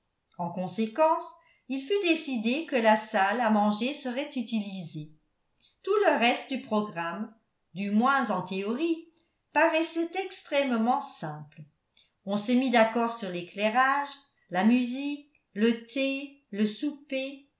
en conséquence il fut décidé que la salle à manger serait utilisée tout le reste du programme du moins en théorie paraissait extrêmement simple on se mit d'accord sur l'éclairage la musique le thé le souper